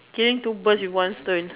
killing two birds with one stone